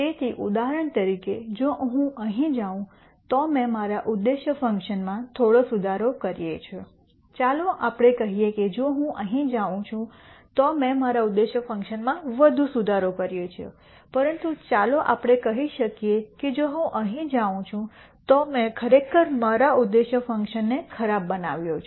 તેથી ઉદાહરણ તરીકે જો હું અહીં જાઉં તો મેં મારા ઉદ્દેશ્ય ફંકશનમાં થોડો સુધારો કર્યો છે ચાલો આપણે કહીએ કે જો હું અહીં જઉં છું તો મેં મારા ઉદ્દેશ્ય ફંકશનમાં વધુ સુધારો કર્યો છે પરંતુ ચાલો આપણે કહી શકીએ કે જો હું અહીં જઉં છું તો મેં ખરેખર મારા ઉદ્દેશ ફંકશનને ખરાબ બનાવ્યો છે